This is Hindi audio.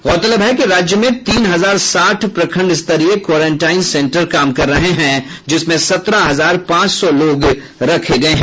गौरतलब है कि राज्य में तीन हजार साठ प्रखंड स्तरीय क्वारेंटाइन सेंटर काम कर रहे हैं जिसमें सत्रह हजार पांच सौ लोग रखे गये हैं